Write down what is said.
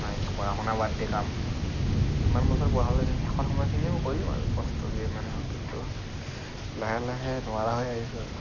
নাই পঢ়া শুনা বাদ দে কাম কৰ ইমান বছৰ পঢ়ালোঁ শেষৰ সময়খিনিও কৰিম আৰু কষ্ট যিমানেই হওক কিন্তু লাহে লাহে নোৱাৰা হৈ আহিছোঁ আৰু